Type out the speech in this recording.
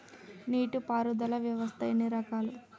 నీటి పారుదల వ్యవస్థ ఎన్ని రకాలు?